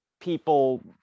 people